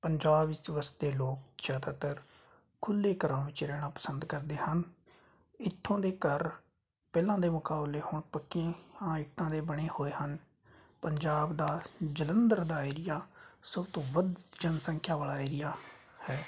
ਪੰਜਾਬ ਵਿੱਚ ਵਸਦੇ ਲੋਕ ਜ਼ਿਆਦਾਤਰ ਖੁੱਲ੍ਹੇ ਘਰਾਂ ਵਿੱਚ ਰਹਿਣਾ ਪਸੰਦ ਕਰਦੇ ਹਨ ਇੱਥੋਂ ਦੇ ਘਰ ਪਹਿਲਾਂ ਦੇ ਮੁਕਾਬਲੇ ਹੁਣ ਪੱਕੇ ਹਾਂ ਇੱਟਾਂ ਦੇ ਬਣੇ ਹੋਏ ਹਨ ਪੰਜਾਬ ਦਾ ਜਲੰਧਰ ਦਾ ਏਰੀਆ ਸਭ ਤੋਂ ਵੱਧ ਜਨਸੰਖਿਆ ਵਾਲਾ ਏਰੀਆ ਹੈ